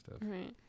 right